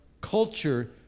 culture